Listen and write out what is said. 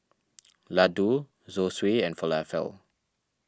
Ladoo Zosui and Falafel